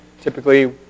Typically